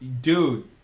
Dude